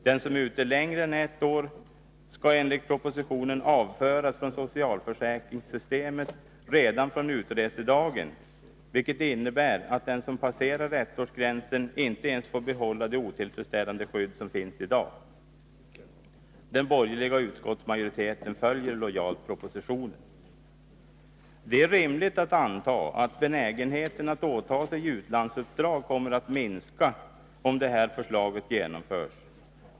Den som är ute längre än ett år skall enligt propositionen avföras från socialförsäkringssystemet redan från utresedagen, vilket innebär att den som passerat ettårsgränsen inte ens får behålla det otillfredsställande skydd som finns i dag. Den borgerliga utskottsmajoriteten följer lojalt propositionen. Det är rimligt att anta att benägenheten att åta sig utlandsuppdrag kommer att minska om det här förslaget genomförs.